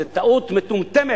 זו טעות מטומטמת.